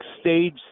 stage